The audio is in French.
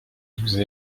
vous